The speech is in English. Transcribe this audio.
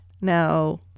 Now